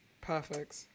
Perfect